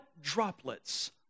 droplets